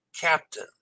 Captain